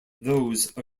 those